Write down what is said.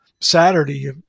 Saturday